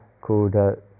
called